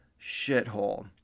shithole